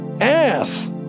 Ass